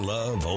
Love